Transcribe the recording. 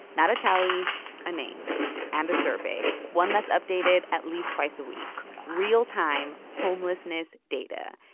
not a tally a name and a survey, one that's updated at least twice a week real-time homelessness data.